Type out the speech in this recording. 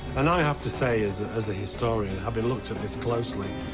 and i have to say as ah as a historian having looked at this closely,